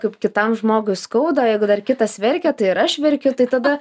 kaip kitam žmogui skauda jeigu dar kitas verkia tai ir aš verkiu tai tada